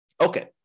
Okay